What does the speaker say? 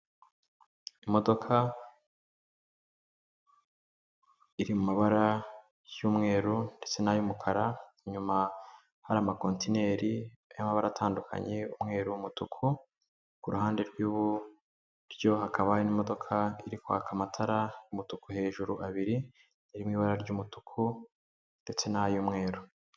Imodoka iri mubara y'umweru ndetse n'ay'umukara, inyuma hari amakontineri y'amabara atandukanye umweru umutuku ku ruhande rw'iburyo, hakaba hari indi modoka iri kwaka amatara umutuku hejuru abiri, iri mu ibara ry'umutuku ndetse n'ay'umweru.